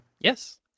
Yes